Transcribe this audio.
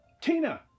Tina